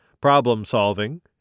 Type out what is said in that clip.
problem-solving